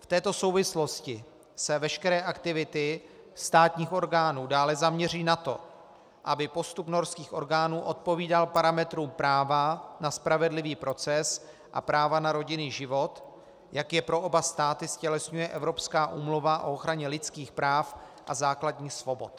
V této souvislosti se veškeré aktivity státních orgánů dále zaměří na to, aby postup norských orgánů odpovídal parametrům práva na spravedlivý proces a práva na rodinný život, jak je pro oba státy ztělesňuje Evropská úmluva o ochraně lidských práv a základních svobod.